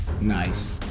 Nice